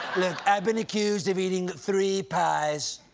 i've been accused of eating three pies,